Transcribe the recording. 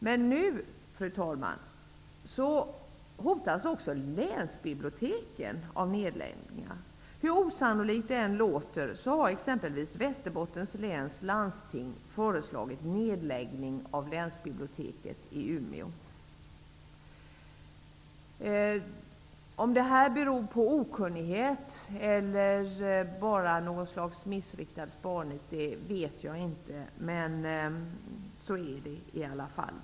Men nu, fru talman, hotas också länsbiblioteken av nedläggning. Hur osannolikt det än låter har exempelvis Västerbottens läns landsting föreslagit nedläggning av länsbiblioteket i Umeå. Om detta beror på okunnighet eller bara är något slags missriktat sparnit, vet jag inte. Men så är det i alla fall.